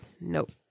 Nope